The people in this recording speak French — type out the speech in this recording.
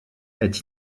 est